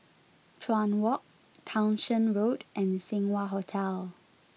Chuan Walk Townshend Road and Seng Wah Hotel